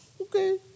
Okay